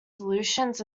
solutions